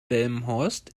delmenhorst